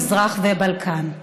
המזרח והבלקן.